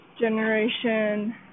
Generation